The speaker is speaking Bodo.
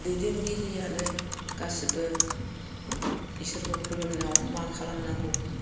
दैदेनगिरियानो गासिबो इसोरखौ खुलुनायाव मा खालामनांगौ